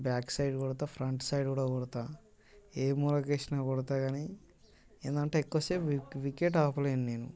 back side కొడతా front side కూడా కొడతా ఏ మూలకి వేసినా కొడతా కానీ ఏంటంటే ఎక్కువసేపు వికెట్ వికెట్ ఆపలేను నేను